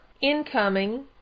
incoming